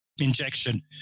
injection